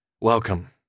Welcome